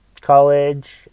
college